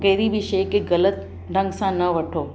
कहिड़ी बि शइ खे ग़लति ढंग सां न वठो